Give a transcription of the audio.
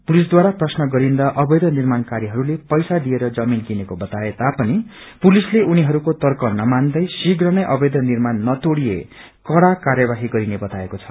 पुलिसद्वारा प्रश्न राख्दिँ अवैष निर्माणकारीहरूले पैसा दिएर जमीन किनेको बताए तापनि पुलिसले उनीहरूको तर्क नमान्दै शिप्रनै अवैध निर्माण नतोहिए कड़ा कार्यवाही गरिने बताएको छ